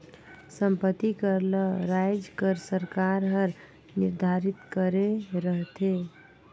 संपत्ति कर ल राएज कर सरकार हर निरधारित करे रहथे